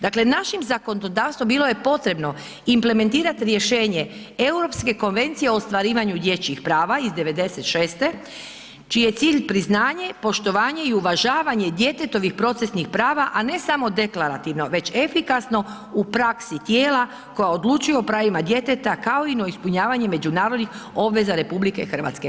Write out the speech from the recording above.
Dakle, našim zakonodavstvom bilo je potrebno implementirati rješenje Europske konvencije o ostvarivanju dječjih prava iz '96. čiji je cilj priznanje, poštovanje i uvažavanje djetetovih procesnih prava, a ne samo deklarativno već efikasno u praksi tijela koja odlučuju o pravima djeteta kao i na ispunjavanje međunarodnih obveza RH.